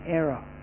error